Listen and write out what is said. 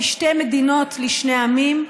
בשתי מדינות לשני עמים,